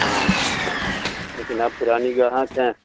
ہاں لیکن آپ پرانی گاہک ہیں